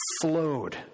flowed